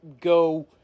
go